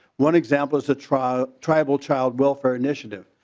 one example is the tribal tribal child welfare initiative.